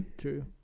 true